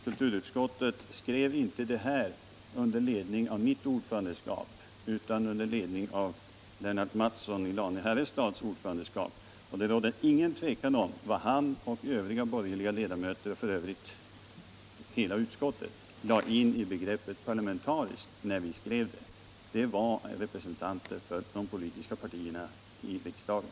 Kulturutskottet skrev inte det här under mitt ordförandeskap, utan under Lennart Mattssons i Lane-Herrestad ordförandeskap. Det råder inget tvivel om vad han och de övriga borgerliga ledamöterna, och f. ö. hela utskottet, lade in i begreppet ”parlamentariskt” när det skrevs. Vi avsåg representanter för de olika politiska partierna i riksdagen.